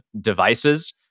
devices